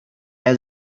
have